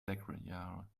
lekrjahre